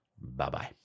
Bye-bye